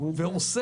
כדאי